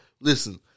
Listen